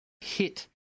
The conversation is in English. hit